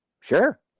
Sure